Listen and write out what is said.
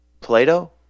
Plato